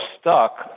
stuck